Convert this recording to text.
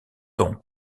donc